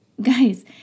Guys